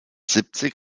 siebzig